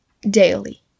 daily